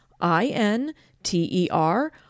I-N-T-E-R-